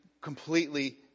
completely